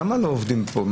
למה לא עובדים פה?